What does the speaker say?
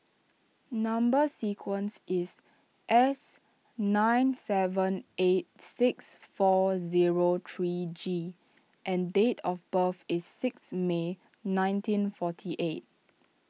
Number Sequence is S nine seven eight six four zero three G and date of birth is six May nineteen forty eight